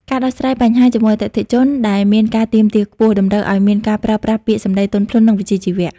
ការដោះស្រាយបញ្ហាជាមួយអតិថិជនដែលមានការទាមទារខ្ពស់ តម្រូវឱ្យមានការប្រើប្រាស់ពាក្យសម្ដីទន់ភ្លន់ និងវិជ្ជាជីវៈ។